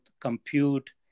compute